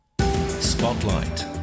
Spotlight